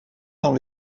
dans